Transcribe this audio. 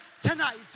tonight